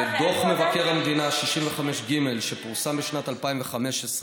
דוח מבקר המדינה 65ג, שפורסם בשנת 2015,